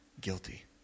guilty